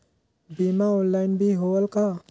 बीमा ऑनलाइन भी होयल का?